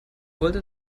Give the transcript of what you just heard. wollte